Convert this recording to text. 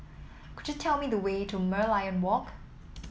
could you tell me the way to Merlion Walk